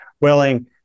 willing